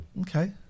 okay